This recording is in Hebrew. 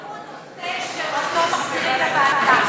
מהו הנושא שמחזירים לוועדה?